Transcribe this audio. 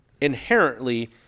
inherently